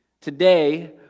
Today